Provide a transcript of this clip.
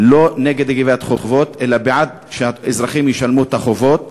אני לא נגד גביית חובות אלא בעד שהאזרחים ישלמו את החובות שלהם,